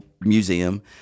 Museum